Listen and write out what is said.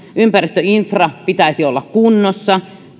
ympäristöinfran pitäisi olla kunnossa